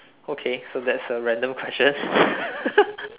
okay so that's a random question